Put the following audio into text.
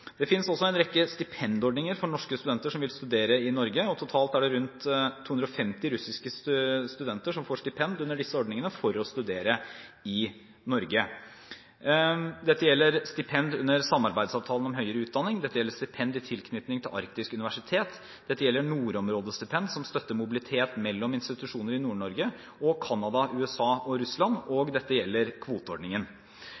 Det finnes også en rekke stipendordninger for russiske studenter som vil studere i Norge, og totalt er det rundt 250 russiske studenter som får stipend under disse ordningene for å studere i Norge. Dette gjelder stipend under samarbeidsavtalen om høyere utdanning, og det gjelder stipend i tilknytning til Norges arktiske universitet. Det gjelder også nordområdestipendet, som støtter mobilitet mellom institusjoner i Nord-Norge og Canada, USA og Russland,